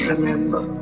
Remember